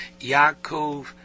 Yaakov